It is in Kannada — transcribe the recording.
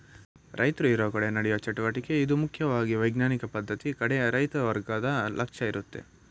ರೈತರು ಇರೋಕಡೆ ನಡೆಯೋ ಚಟುವಟಿಕೆ ಇದು ಮುಖ್ಯವಾಗಿ ವೈಜ್ಞಾನಿಕ ಪದ್ಧತಿ ಕಡೆ ರೈತ ವರ್ಗದ ಲಕ್ಷ್ಯ ಇರುತ್ತೆ